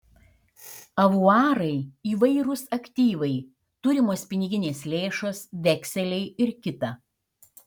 avuarai įvairūs aktyvai turimos piniginės lėšos vekseliai ir kita